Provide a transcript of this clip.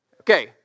Okay